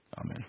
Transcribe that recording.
Amen